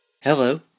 Hello